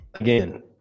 Again